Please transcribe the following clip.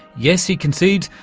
yes, he concedes,